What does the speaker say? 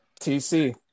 TC